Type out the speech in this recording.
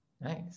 nice